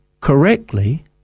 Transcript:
correctly